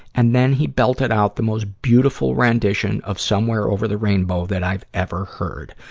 and then he belted out the most beautiful rendition of somewhere over the rainbow that i've ever heard.